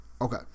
Okay